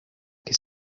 que